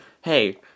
hey